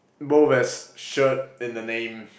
both has shirt in the name